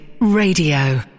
Radio